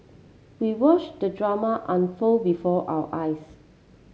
we watch the drama unfold before our eyes